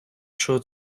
чого